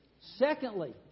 Secondly